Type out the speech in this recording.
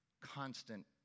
constant